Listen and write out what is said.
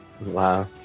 Wow